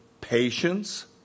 patience